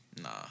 Nah